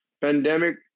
pandemic